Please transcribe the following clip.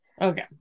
okay